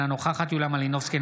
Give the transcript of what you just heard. אינה נוכחת יוליה מלינובסקי,